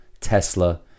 Tesla